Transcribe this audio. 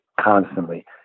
constantly